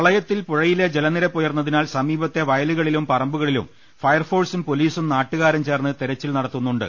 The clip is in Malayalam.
പ്രളയത്തിൽ പുഴയിലെ ജലനിരപ്പ് ഉയർന്നതിനാൽ സമീപത്തെ വയ ലുക്ളിലും പറമ്പുകളിലും ഫയർഫ്പോഴ്സും പൊലീസും നാട്ടുകാരും ചേർന്ന് തെരച്ചിൽ നടത്തുന്നുണ്ട്